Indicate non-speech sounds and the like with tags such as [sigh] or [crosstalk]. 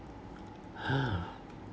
[noise]